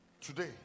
today